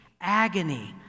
agony